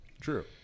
True